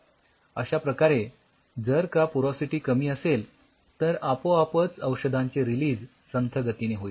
अश्याप्रकारे जर का पोरॉसिटी कमी असेल तर आपोआपच औषधांचे रिलीझ संथ गतीने होईल